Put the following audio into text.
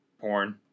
porn